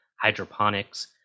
hydroponics